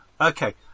Okay